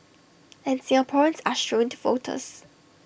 and Singaporeans are shrewd voters